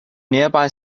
nearby